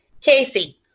Casey